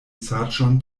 saĝon